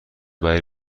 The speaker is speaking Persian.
برای